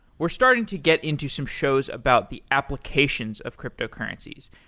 we're starting to get into some shows about the applications of cryptocurrencies,